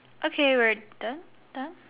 okay we're done done